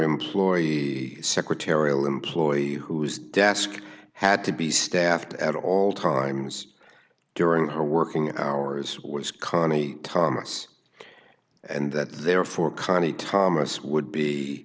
employee secretarial employee whose desk had to be staffed at all times during her working hours was konnie thomas and that therefore conny thomas would be